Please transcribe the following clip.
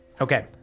Okay